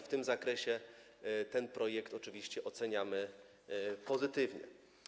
W tym zakresie ten projekt oczywiście oceniamy pozytywnie.